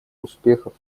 успехов